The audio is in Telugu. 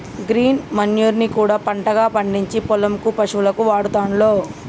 గ్రీన్ మన్యుర్ ని కూడా పంటగా పండిచ్చి పొలం కు పశువులకు వాడుతాండ్లు